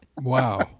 Wow